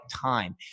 time